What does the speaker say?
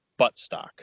buttstock